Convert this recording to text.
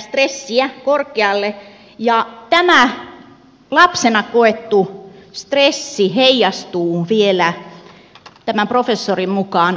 stressiä korkealle ja tämä lapsena koettu stressi heijastuu tämän professorin mukaan vielä aikuisuudessakin